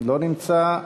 לא נמצא.